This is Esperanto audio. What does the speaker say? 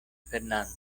fernando